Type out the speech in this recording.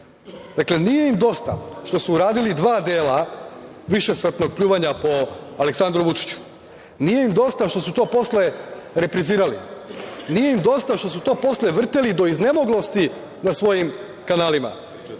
nije im dosta što su uradili dva dela višesatnog pljuvanja po Aleksandru Vučiću. Nije im dosta što su to posle reprizirali. Nije im dosta što su to posle vrteli do iznemoglosti na svojim kanalima.